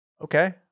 Okay